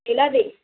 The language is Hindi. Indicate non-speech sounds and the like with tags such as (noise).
(unintelligible)